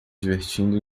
divertindo